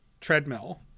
treadmill